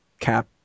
Cap